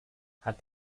hat